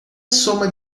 soma